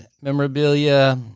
memorabilia